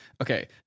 Okay